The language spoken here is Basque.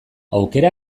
aukera